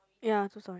ya two storey